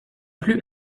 plus